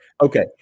Okay